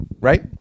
Right